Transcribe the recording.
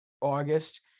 August